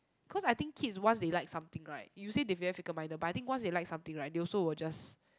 cause I think kids once they like something right you say they very fickle minded but once they like something right they also will just